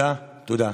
תודה, תודה.